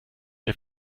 der